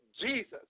Jesus